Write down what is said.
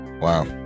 Wow